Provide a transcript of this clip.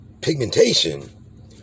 pigmentation